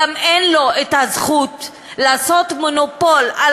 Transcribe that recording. אין לו גם זכות לקבל מונופול על